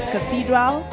Cathedral